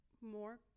more